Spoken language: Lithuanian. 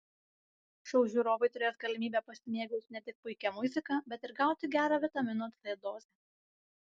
šou žiūrovai turės galimybę pasimėgauti ne tik puikia muzika bet ir gauti gerą vitamino c dozę